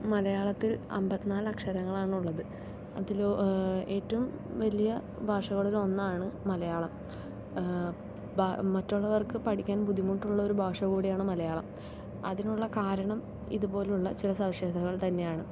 മലയാളത്തിൽ അമ്പത്തിനാല് അക്ഷരങ്ങളാണുള്ളത് അതിൽ ഏറ്റവും വലിയ ഭാഷകളിലൊന്നാണ് മലയാളം മറ്റുള്ളവർക്ക് പഠിക്കാൻ ബുദ്ധിമുട്ടുള്ള ഒരു ഭാഷകൂടിയാണ് മലയാളം അതിനുള്ള കാരണം ഇതുപോലുള്ള ചില സവിശേഷതകൾ തന്നെയാണ്